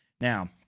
Now